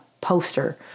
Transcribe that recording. poster